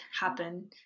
happen